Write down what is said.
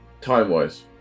Time-wise